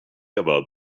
about